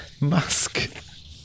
Musk